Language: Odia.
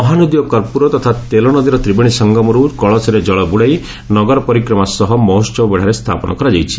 ମହାନଦୀ ଓ କର୍ପ୍ରର ତଥା ତେଲନଦୀର ତ୍ରିବେଶୀ ସଙ୍ଙମରୁ କଳସରେ ଜଳ ବୁଡ଼ାଇ ନଗର ପରିକ୍ରମା ସହ ମହୋହବ ବେଢ଼ାରେ ସ୍ଥାପନ କରାଯାଇଛି